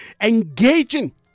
engaging